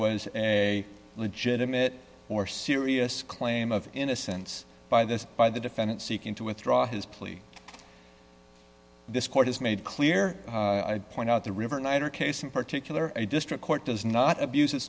was a legitimate or serious claim of innocence by this by the defendant seeking to withdraw his plea this court has made clear i point out the river niger case in particular a district court does not abuse